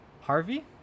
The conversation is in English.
Harvey